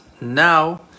now